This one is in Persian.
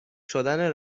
شدن